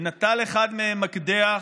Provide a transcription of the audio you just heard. ונטל אחד מהם מקדח